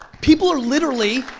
people are literally